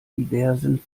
diversen